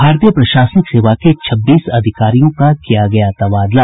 भारतीय प्रशासनिक सेवा के छब्बीस अधिकारियों का किया गया तबादला